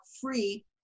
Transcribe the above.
free